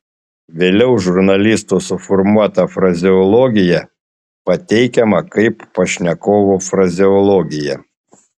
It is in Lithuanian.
vėliau žurnalisto suformuota frazeologija pateikiama kaip pašnekovo frazeologija